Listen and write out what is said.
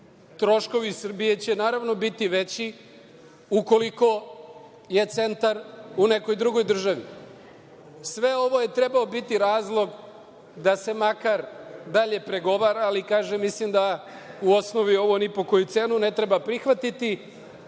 Troškovi Srbije će, naravno, biti veći, ukoliko je centar u nekoj drugoj državi. Sve ovo je trebao biti razlog da se makar dalje pregovara, ali, kažem, mislim da u osnovi ovo ni po koju cenu ne treba prihvatiti,